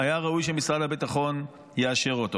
והיה ראוי שמשרד הביטחון יאשר אותו.